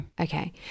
Okay